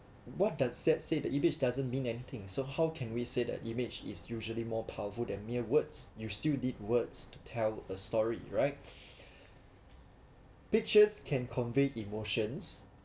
what does that say the image doesn't mean anything so how can we say the image is usually more powerful than mere words you still need words to tell a story right pictures can convey emotions